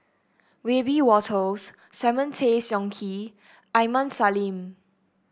Wiebe Wolters Simon Tay Seong Chee Aini Salim